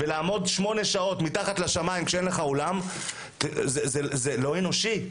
לעמוד שמונה שעות מתחת לשמיים כשאין לך אולם זה לא אנושי.